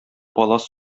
палас